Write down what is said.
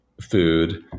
food